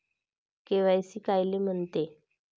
KYC कायले म्हनते?